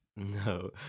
No